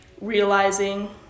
realizing